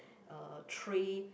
uh tray